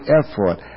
effort